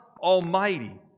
Almighty